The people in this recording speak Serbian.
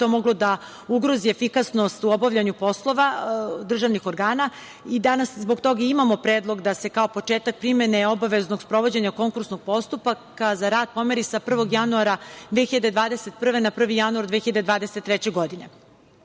to moglo da ugrozi efikasnost u obavljanju poslova državnih organa i danas zbog toga imamo predlog da se kao početak primene obaveznog sprovođenja konkursnog postupka za rad pomeri sa 1. januara 2021. godine, na 1. januar 2023. godine. Dobro